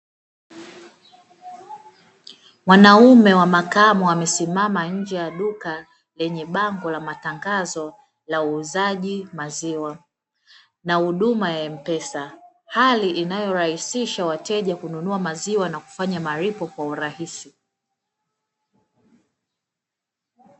Mwanaume wa makamo amesimama nje ya duka lenye bango la matangazo la uuzaji maziwa na huduma ya m-pesa, hali inayorahisisha wateja kununua maziwa na kufanya malipo kwa urahisi.